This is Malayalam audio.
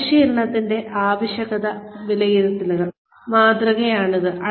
പരിശീലനത്തിന്റെ ആവശ്യകത വിലയിരുത്തൽ മാതൃകയാണിത്